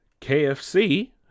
KFC